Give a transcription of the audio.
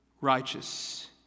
righteous